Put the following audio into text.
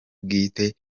bwite